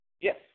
Yes